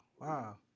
Wow